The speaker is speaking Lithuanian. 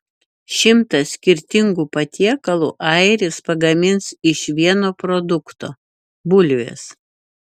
šimtą skirtingų patiekalų airis pagamins iš vieno produkto bulvės